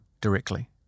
directly